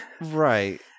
right